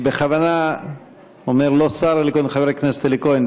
אני בכוונה לא אומר שר, חבר הכנסת אלי כהן.